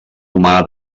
humà